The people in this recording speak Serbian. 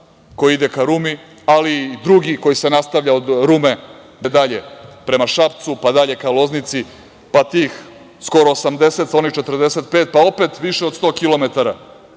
koji ide ka Rumi, ali i drugi koji se nastavlja od Rume da ide dalje prema Šapcu pa dalje ka Loznici, pa tih skoro 80 sa onih 45, pa opet više od 100 km